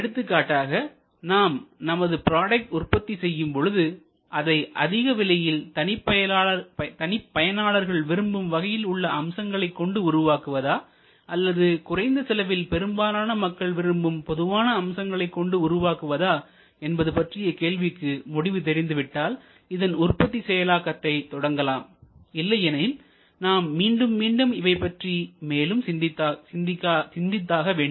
எடுத்துக்காட்டாக நாம் நமது ப்ராடக்ட் உற்பத்தி செய்யும் பொழுது அதை அதிக விலையில் தனி பயனாளர்கள் விரும்பும் வகையில் உள்ள அம்சங்களைக் கொண்டு உருவாக்குவதா அல்லது குறைந்த செலவில் பெரும்பாலான மக்கள் விரும்பும் பொதுவான அம்சங்கள் கொண்டு உருவாக்குவதா என்பது பற்றிய கேள்விக்கு முடிவு தெரிந்துவிட்டால் இதன் உற்பத்தி செயலாக்கத்தை தொடங்கலாம் இல்லையெனில் நாம் மீண்டும் மீண்டும் இவை பற்றி மேலும் சிந்தித்தாக வேண்டும்